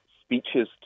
speeches